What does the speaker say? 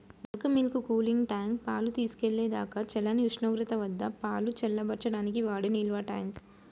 bulk milk cooling tank, పాలు తీసుకెళ్ళేదాకా చల్లని ఉష్ణోగ్రత వద్దపాలు చల్లబర్చడానికి వాడే నిల్వట్యాంక్